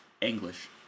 English